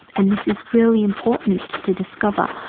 and this is really important to discover,